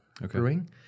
Brewing